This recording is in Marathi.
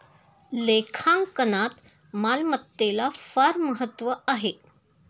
लेखांकनात मालमत्तेला फार महत्त्व आहे